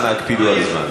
אנא הקפידו על זמן.